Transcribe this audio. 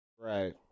right